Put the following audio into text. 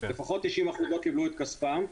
לפחות 90% לא קיבלו את כספם.